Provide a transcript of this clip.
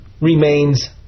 remains